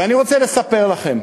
ואני רוצה לספר לכם: